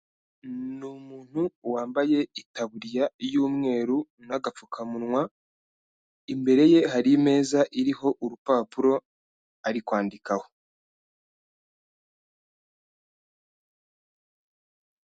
Ni umuntu wambaye itaburiya y'umweru n'agapfukamunwa, imbere ye hari imeza iriho urupapuro ari kwandikaho.